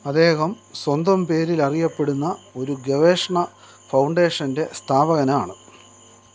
അദ്ദേഹം സ്വന്തം പേരിൽ അറിയപ്പെടുന്ന ഒരു ഗവേഷണ ഫൗണ്ടേഷന്റെ സ്ഥാപകനാണ്